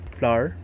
flour